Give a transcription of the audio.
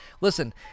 listen